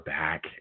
back